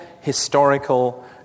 historical